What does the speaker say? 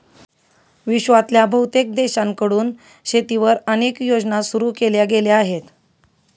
विश्वातल्या बहुतेक देशांकडून शेतीवर अनेक योजना सुरू केल्या गेल्या आहेत